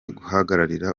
guhagararira